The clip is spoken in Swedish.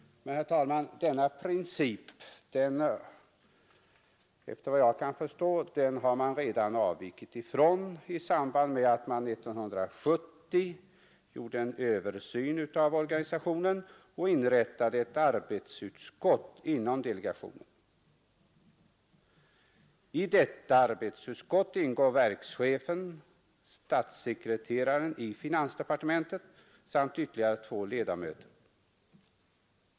Men, herr talman, denna princip har man efter vad jag kan förstå redan avviktit ifrån i samband med att man 1970 gjorde en översyn av organisationen och inrättade ett arbetsutskott inom delegationen. I detta arbetsutskott ingår verkschefen, statssekreteraren i finansdepartementet samt ytterligare två ledamöter.